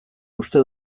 uste